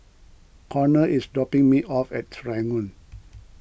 Conner is dropping me off at Serangoon